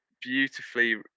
Beautifully